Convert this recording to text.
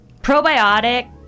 Probiotic